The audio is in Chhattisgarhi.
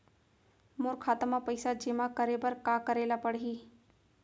मोर खाता म पइसा जेमा करे बर का करे ल पड़ही?